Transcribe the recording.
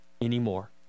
anymore